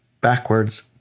backwards